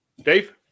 Dave